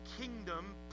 kingdom